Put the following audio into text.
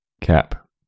Cap